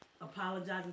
apologizing